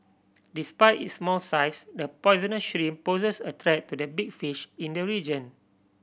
despite its small size the poisonous shrimp poses a threat to the big fish in the region